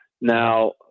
Now